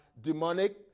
demonic